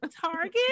target